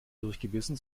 durchgebissen